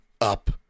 up